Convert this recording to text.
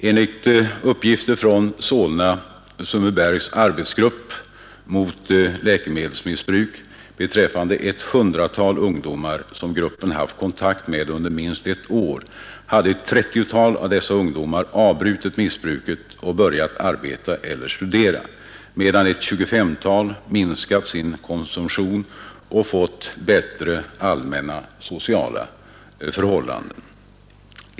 Enligt uppgifter från Solna—Sundbybergs arbetsgrupp mot läkemedelsmissbruk beträffande ett 100-tal ungdomar som gruppen haft kontakt med under minst ett år hade ett: 30-tal avbrutit missbruket och börjat arbeta eller studera, medan ett 25-tal minskat sin konsumtion och fått förbättrade sociala förhållanden.